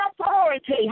authority